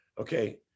Okay